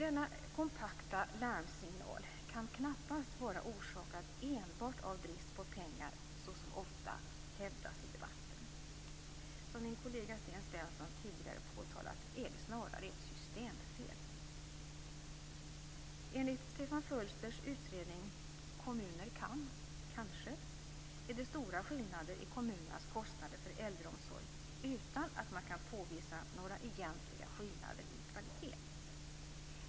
Denna kompakta larmsignal kan knappast vara orsakad enbart av brist på pengar, såsom ofta hävdas i debatten. Som min kollega Sten Svensson tidigare har påtalat är det snarare ett systemfel. Kanske.